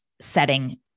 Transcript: setting